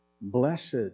Blessed